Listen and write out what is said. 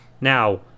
Now